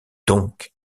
donc